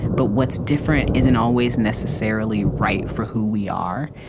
but what's different isn't always necessarily right for who we are.